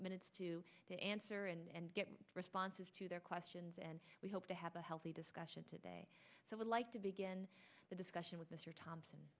minutes to to answer and get responses to their questions and we hope to have a healthy discussion today so i'd like to begin the discussion with mr thompson